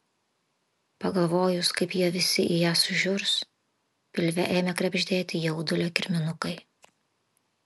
pagalvojus kaip jie visi į ją sužiurs pilve ėmė krebždėti jaudulio kirminukai